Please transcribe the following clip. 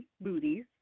booties